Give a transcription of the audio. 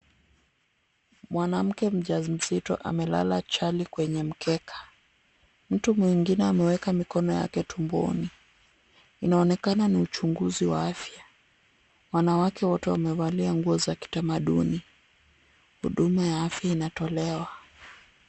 Mwanamke mjamzito amelala chali kwenye mkeka. Mtu mwingine ameweka mikono yake tumboni. Inaonekana ni uchunguzi wa afya. Wanawake wote wamevalia nguo za kitamaduni. Huduma ya afya inatolewa.